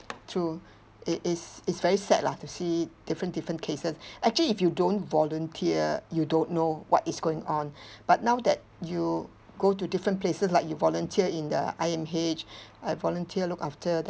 true it is it's very sad lah to see different different cases actually if you don't volunteer you don't know what is going on but now that you go to different places like you volunteer in the I_M_H I volunteer look after the